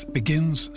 begins